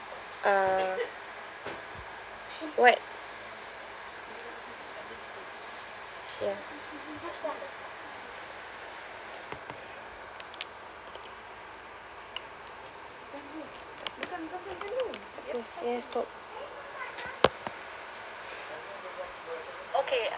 uh what ya uh it has stopped okay